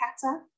kata